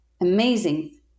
amazing